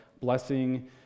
blessing